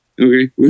Okay